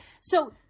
So-